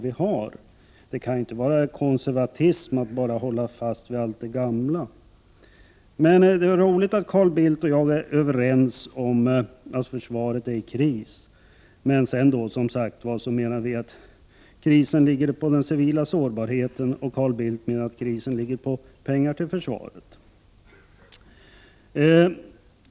Konservatism kan inte bara vara att hålla fast vid allt det gamla. Det är roligt att Carl Bildt och jag är överens om att försvaret är i kris, men jag menar att krisen ligger i den civila sårbarheten, medan Carl Bildt menar att den ligger i pengar till försvaret.